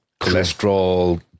cholesterol